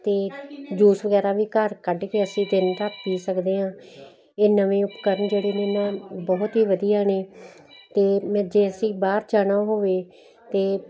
ਅਤੇ ਜੂਸ ਵਗੈਰਾ ਵੀ ਘਰ ਕੱਢ ਕੇ ਅਸੀਂ ਦਿਨ ਰਾਤ ਪੀ ਸਕਦੇ ਹਾਂ ਇਹ ਨਵੇਂ ਉਪਕਰਨ ਜਿਹੜੇ ਨੇ ਨਾ ਬਹੁਤ ਹੀ ਵਧੀਆ ਨੇ ਅਤੇ ਮੈਂ ਜੇ ਅਸੀ ਬਾਹਰ ਜਾਣਾ ਹੋਵੇ ਅਤੇ